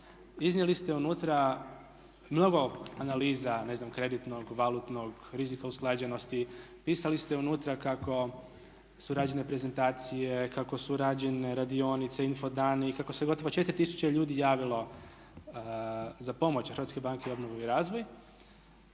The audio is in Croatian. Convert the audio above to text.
iznijeli ste unutra mnogo analiza, ne znam, kreditnog, valutnog, rizika usklađenosti. Pisali ste unutra kako su rađene prezentacije, kako su rađene radionice, info dani i kako se gotovo 4 tisuća ljudi javilo za pomoć HBOR-u. Ja bih htio